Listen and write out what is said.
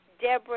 Deborah